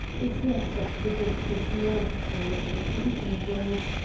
is less of the doctor's nerve tonic and sleeping draughts,